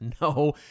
No